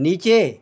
नीचे